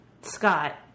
Scott